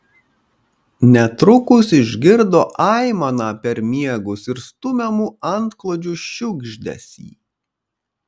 netrukus išgirdo aimaną per miegus ir stumiamų antklodžių šiugždesį